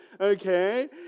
Okay